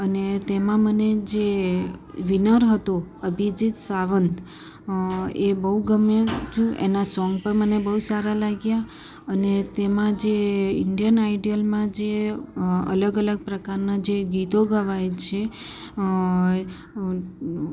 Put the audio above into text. અને તેમાં મને જે વિનર હતો અભિજીત સાવંત એ બહુ ગમે છે એના સોંગ પણ મને બહુ સારા લાગ્યાં અને તેમાં જે ઇન્ડિયન આઇડલમાં જે અલગ અલગ પ્રકારનાં જે ગીતો ગવાય છે